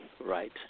Right